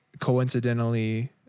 coincidentally